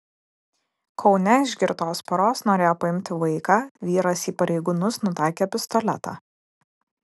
kaune iš girtos poros norėjo paimti vaiką vyras į pareigūnus nutaikė pistoletą